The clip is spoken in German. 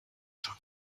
schon